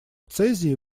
цезии